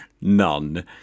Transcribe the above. None